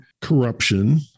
corruption